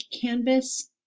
canvas